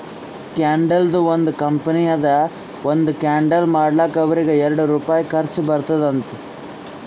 ಕ್ಯಾಂಡಲ್ದು ಒಂದ್ ಕಂಪನಿ ಅದಾ ಒಂದ್ ಕ್ಯಾಂಡಲ್ ಮಾಡ್ಲಕ್ ಅವ್ರಿಗ ಎರಡು ರುಪಾಯಿ ಖರ್ಚಾ ಬರ್ತುದ್ ಅಂತ್